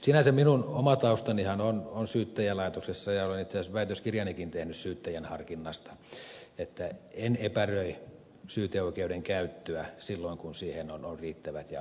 sinänsä minun oma taustanihan on syyttäjälaitoksessa ja olen itse asiassa väitöskirjanikin tehnyt syyttäjän harkinnasta joten en epäröi syyteoikeuden käyttöä silloin kun siihen on riittävät ja asianmukaiset perusteet